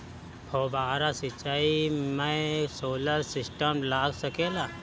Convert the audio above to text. फौबारा सिचाई मै सोलर सिस्टम लाग सकेला?